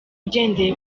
ugendeye